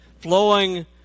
flowing